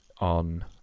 on